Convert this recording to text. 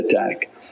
attack